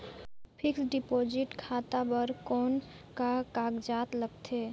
Fixed deposit खाता बर कौन का कागजात लगथे?